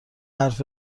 حرف